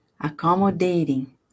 accommodating